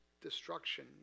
destruction